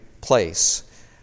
place